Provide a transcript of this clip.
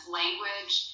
language